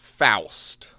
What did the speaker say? faust